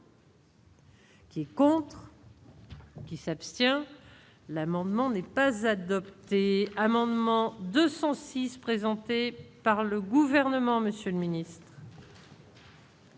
qui est pour. Qui s'abstient l'amendement n'est pas adopté, amendement 206 présenté par le gouvernement Monsieur mini.